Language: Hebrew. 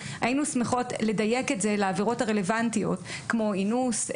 והיינו שמחות לדייק את זה לעבירות הרלוונטיות כמו אינוס,